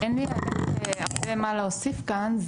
אין לי הרבה מה להוסיף כאן.